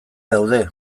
daude